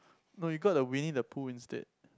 no you got the Winnie-the-Pooh instead